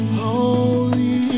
holy